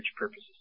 purposes